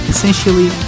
Essentially